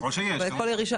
ככל שיש.